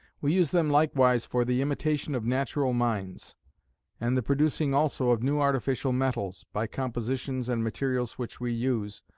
we use them likewise for the imitation of natural mines and the producing also of new artificial metals, by compositions and materials which we use,